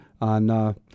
on